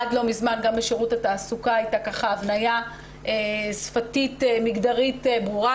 עד לא מזמן גם בשירות התעסוקה הייתה הבנייה שפתית מגדרית ברורה.